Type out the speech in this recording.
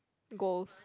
goals